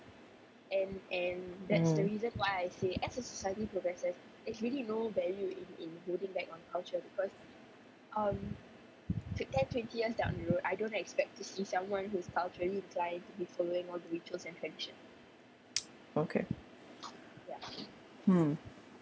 mmhmm okay hmm